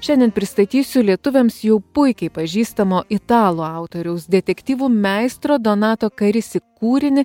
šiandien pristatysiu lietuviams jau puikiai pažįstamo italų autoriaus detektyvų meistro donato karisi kūrinį